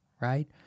right